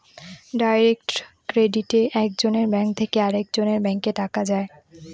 direct ক্রেডিটে এক জনের ব্যাঙ্ক থেকে আরেকজনের ব্যাঙ্কে টাকা যায়